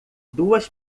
duas